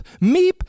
meep